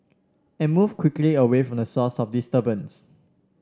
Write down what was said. and move quickly away from the source of disturbance